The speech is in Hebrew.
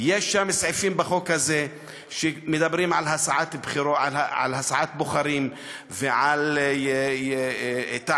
יש סעיפים בחוק הזה שמדברים על הסעת בוחרים ועל תעמולה.